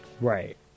right